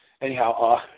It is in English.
Anyhow